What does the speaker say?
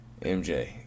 MJ